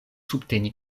subteni